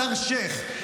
סר שייח'.